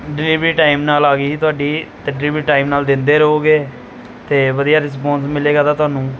delivery time ਨਾਲ ਆ ਗਈ ਸੀ ਤੁਹਾਡੀ ਅਤੇ ਡਿਲੀਵਰੀ ਟਾਈਮ ਨਾਲ ਦਿੰਦੇ ਰਹੋਗੇ ਅਤੇ ਵਧੀਆ ਰਿਸਪੋਂਸ ਮਿਲੇਗਾ ਤਾਂ ਤੁਹਾਨੂੰ